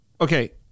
Okay